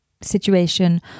situation